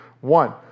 One